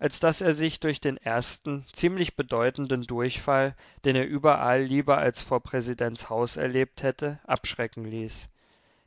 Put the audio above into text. als daß er sich durch den ersten ziemlich bedeutenden durchfall den er überall lieber als vor präsidents haus erlebt hätte abschrecken ließ